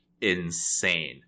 insane